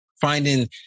finding